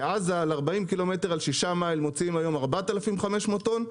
בעזה ב-40 קילומטרים על שישה מייל מוציאים היום 4,500 טון,